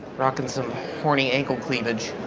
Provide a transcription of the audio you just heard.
rocking some corny ankle cleavage.